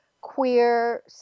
queer